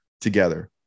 together